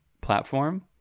platform